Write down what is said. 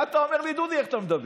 מה אתה אומר לי: דודי, איך אתה מדבר?